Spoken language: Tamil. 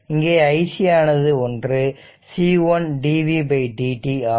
இங்கே iC ஆனது ஒன்று C1 dv dt ஆகும்